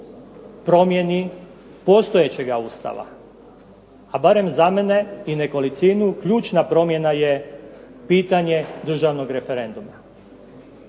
promjeni postojećeg Ustava, a barem za mene i nekolicinu ključna promjena je pitanje državnog referenduma.